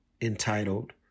entitled